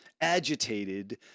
agitated